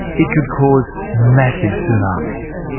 it could cause massive tsunamis.